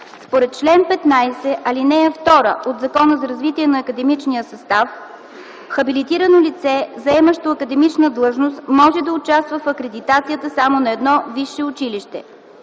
Според чл. 15, ал. 2 от Закона за развитие на академичния състав: „Хабилитирано лице, заемащо академична длъжност, може да участва в акредитацията само на едно висше училище”.